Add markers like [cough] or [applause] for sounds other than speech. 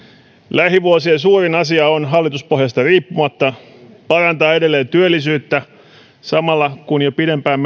lähivuosien suurin asia on hallituspohjasta riippumatta parantaa edelleen työllisyyttä samalla kun jo pidempään [unintelligible]